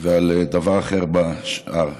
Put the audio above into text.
ועל דבר אחר בשאר.